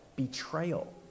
Betrayal